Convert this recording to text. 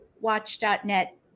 watch.net